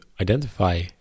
identify